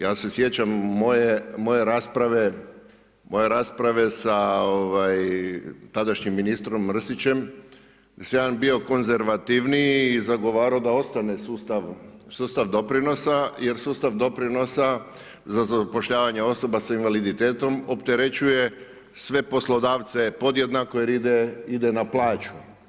Ja se sjećam moje rasprave sa tadašnjim ministrom Mrsićem gdje sam ja bio konzervativniji i zagovarao da ostane sustav doprinosa jer sustav doprinosa za zapošljavanje osoba s invaliditetom opterećuje sve poslodavce podjednako jer ide na plaću.